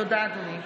תודה, אדוני.